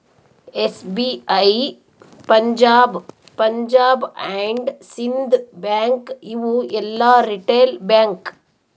SBI, Punjab, Punjab and Sind bank ಇವು ಎಲ್ಲಾ retail bank